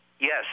Yes